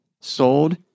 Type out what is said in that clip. sold